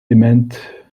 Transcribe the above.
dement